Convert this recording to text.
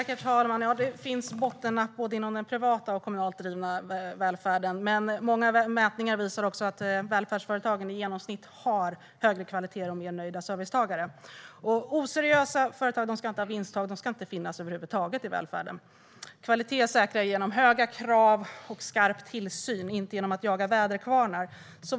Herr talman! Det finns bottennapp både inom privat och kommunalt driven välfärd. Många mätningar visar dock att välfärdsföretagen i genomsnitt har högre kvalitet och mer nöjda servicetagare. Oseriösa företag ska inte ha vinsttak; de ska inte finnas över huvud taget i välfärden. Kvalitet säkras genom höga krav och skarp tillsyn, inte genom att man jagar väderkvarnar.